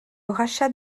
rachat